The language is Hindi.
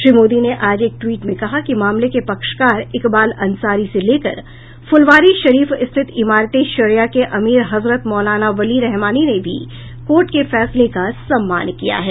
श्री मोदी ने आज एक टवीट में कहा कि मामले के पक्षकार इकबाल अंसारी से लेकर फुलवारी शरीफ स्थित इमारत ए शरिया के अमीर हजरत मौलाना वली रहमानी ने भी कोर्ट के फैसले का सम्मान किया है